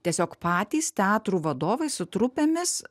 tiesiog patys teatrų vadovai su trupėmis